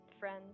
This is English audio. friend